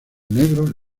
negro